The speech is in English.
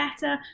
better